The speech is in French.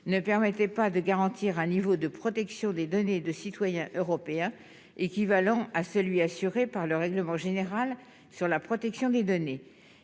ne permettait pas de garantir un niveau de protection des données de citoyens européens équivalent à celui assuré par le règlement général sur la protection des données,